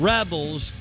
Rebels